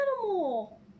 animal